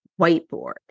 whiteboard